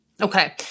Okay